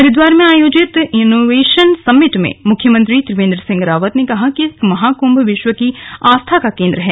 हरिद्वार में आयोजित innovation summit में मुख्यमंत्री त्रिवेन्द्र सिंह रावत ने कहा कि महाकृम्भ विश्व की आस्था का केंद्र है